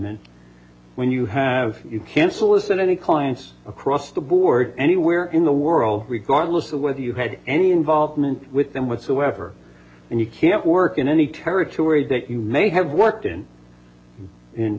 document when you have you can solicit any clients across the board anywhere in the world regardless of whether you had any involvement with them whatsoever and you can't work in any territories that you may have worked in in